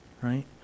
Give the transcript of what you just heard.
right